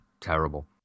terrible